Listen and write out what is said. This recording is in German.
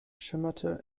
schimmerte